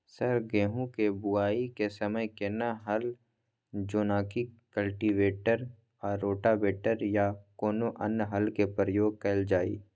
Sir गेहूं के बुआई के समय केना हल जेनाकी कल्टिवेटर आ रोटावेटर या कोनो अन्य हल के प्रयोग कैल जाए?